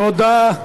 תודה.